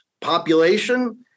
Population